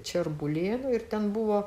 čerbulėno ir ten buvo